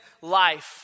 life